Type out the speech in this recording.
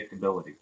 predictability